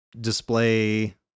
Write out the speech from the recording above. display